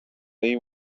they